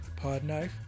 PodKnife